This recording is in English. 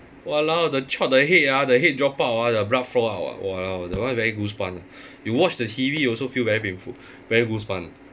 !walao! the chop the head ah the head drop out ah the blood flow out ah !walao! that one very goosebump ah you watch the T_V also feel very painful very goosebump